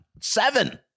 seven